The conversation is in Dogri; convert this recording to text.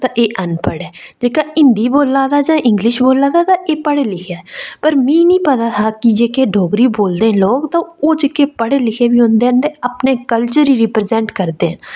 एह अनपढ़ ऐ जेहका हिंदी बोल्लै दा जां इंग्लिश बोल्लै दा ते एह् पढ़ेआ लिखेआ ऐ पर मी बी पता हा क्योंकि डोगरी बोलदे ना लोक तां ओह् जेह्के पढे लिखे बी होंदे न अपने कल्चर रगी रिप्रैजैंट करदे न